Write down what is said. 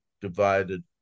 divided